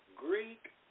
Greek